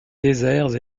déserts